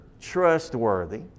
trustworthy